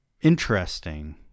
interesting